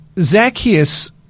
Zacchaeus